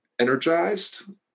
energized